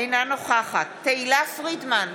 אינה נוכחת תהלה פרידמן,